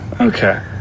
Okay